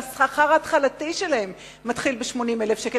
והשכר ההתחלתי שלהם מתחיל ב-80,000 שקל,